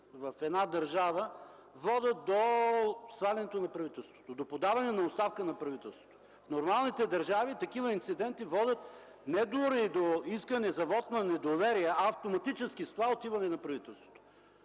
в една държава, водят до свалянето на правителството, до подаването на оставка на правителството. В нормалните държави такива инциденти водят не дори до искане за вот на недоверие, а автоматически с това отиване на правителството,